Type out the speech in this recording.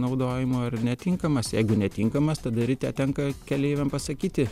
naudojimui ar netinkamas jeigu netinkamas tada ryte tenka keleiviam pasakyti